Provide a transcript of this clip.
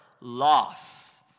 Loss